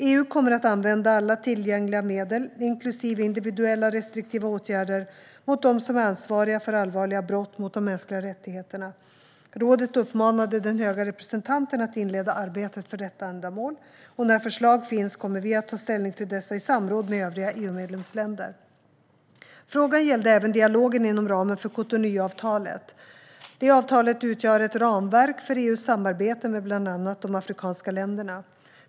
EU kommer att använda alla tillgängliga medel, inklusive individuella restriktiva åtgärder, mot dem som är ansvariga för allvarliga brott mot de mänskliga rättigheterna. Rådet uppmanade den höga representanten att inleda arbetet för detta ändamål. När förslag finns kommer vi att ta ställning till dessa i samråd med övriga EU-medlemsländer. Frågan gällde även dialogen inom ramen för Cotonouavtalet. Det avtalet utgör ett ramverk för EU:s samarbete med bland annat de afrikanska länderna.